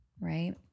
right